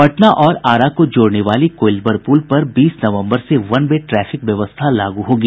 पटना और आरा को जोड़ने वाली कोईलवर पुल पर बीस नवंबर से वन वे ट्रैफिक व्यवस्था लागू होगी